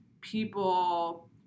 people